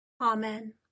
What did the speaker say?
amen